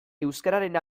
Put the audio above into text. euskararen